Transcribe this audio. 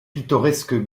pittoresques